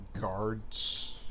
guards